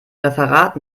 referat